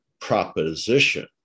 proposition